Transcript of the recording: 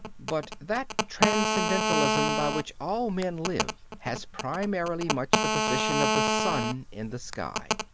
but that transcendentalism by which all men live has primarily much the position of the sun in the sky.